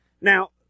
Now